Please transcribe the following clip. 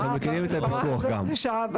שיפקח בתנאים.